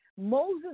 Moses